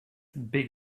big